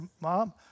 Mom